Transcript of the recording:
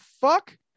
fuck